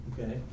Okay